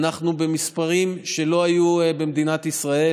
אנחנו במספרים שלא היו במדינת ישראל,